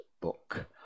book